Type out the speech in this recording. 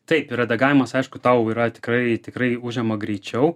taip ir redagavimas aišku tau yra tikrai tikrai užima greičiau